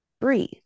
breathe